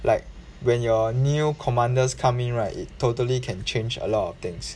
like when your new commanders come in right it totally can change a lot of things